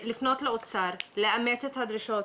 לפנות לאוצר לאמץ את הדרישות.